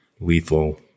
lethal